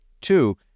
two